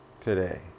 today